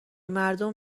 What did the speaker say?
مردم